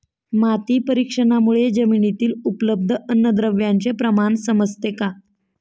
माती परीक्षणामुळे जमिनीतील उपलब्ध अन्नद्रव्यांचे प्रमाण समजते का?